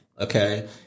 Okay